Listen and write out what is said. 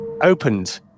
opened